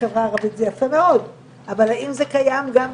בחברה הערבית מהיום שהוועדה הזאת התכנסה וכמובן